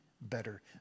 better